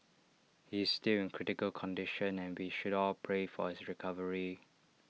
he is still in critical condition and we should all pray for his recovery